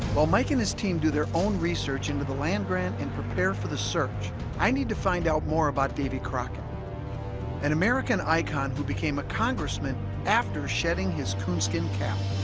while mike and his team do their own research into the land grant and prepare for the search i need to find out more about davy crockett an american icon who became a congressman after shedding his coonskin cap